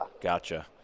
Gotcha